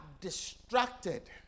distracted